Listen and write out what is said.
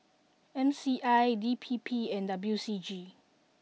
M C I D P P and W C G